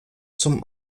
zum